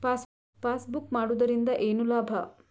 Passbook ಮಾಡುದರಿಂದ ಏನು ಲಾಭ?